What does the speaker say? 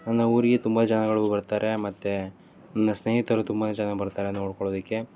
ನನ್ನ ಊರಿಗೆ ತುಂಬ ಜನಗಳು ಬರ್ತಾರೆ ಮತ್ತ್ ನನ್ನ ಸ್ನೇಹಿತರು ತುಂಬ ಜನ ಬರ್ತಾರೆ ನೋಡ್ಕೊಳ್ಳೋದಕ್ಕೆ